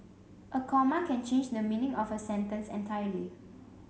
a comma can change the meaning of a sentence entirely